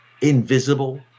invisible